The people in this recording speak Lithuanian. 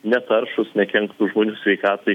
netaršūs nekenktų žmonių sveikatai